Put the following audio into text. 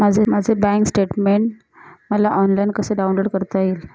माझे bank statement मला online कसे डाउनलोड करता येईल?